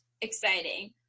exciting